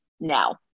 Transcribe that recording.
now